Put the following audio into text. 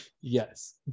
yes